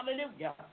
Hallelujah